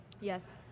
Yes